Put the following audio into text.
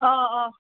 অঁ অঁ